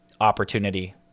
opportunity